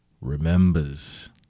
remembers